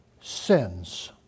sins